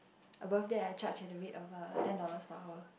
a birthday I charge at the rate of uh ten dollars per hour